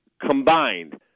combined